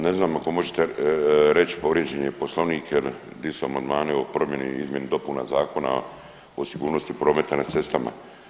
Ne znam ako možete reć, povrijeđen je Poslovnik jer di su amandmani o promjeni i izmjeni dopuna Zakona o sigurnosti prometa na cestama?